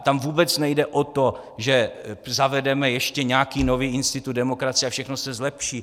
Tam vůbec nejde o to, že zavedeme ještě nějaký nový institut demokracie a všechno se zlepší.